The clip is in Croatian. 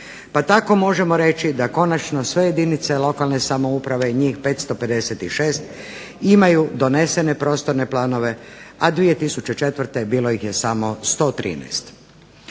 pa tako možemo reći da konačno sve jedinice lokalne samouprave i njih 556 imaju donesene prostorne planove, a 2004. bilo ih je samo 113.